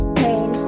pain